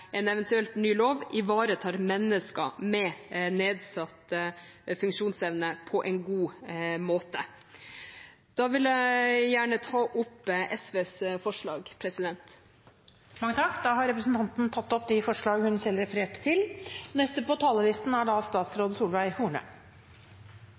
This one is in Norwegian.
en eventuelt ny lov ivaretar mennesker med nedsatt funksjonsevne på en god måte. Da vil jeg gjerne ta opp SVs forslag. Representanten Kirsti Bergstø har tatt opp de forslagene hun refererte til. I likhet med komiteen og forslagsstillerne er